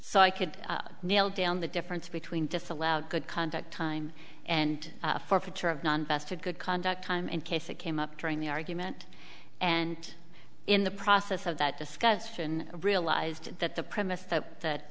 so i could nail down the difference between disallow good conduct time and forfeiture of non vested good conduct time in case it came up during the argument and in the process of that discussion realized that the premise that